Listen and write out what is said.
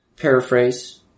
Paraphrase